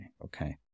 Okay